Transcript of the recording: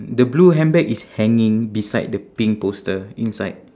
the blue handbag is hanging beside the pink poster inside